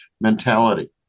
mentality